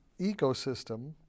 ecosystem